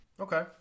okay